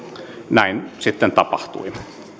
näin sitten tapahtui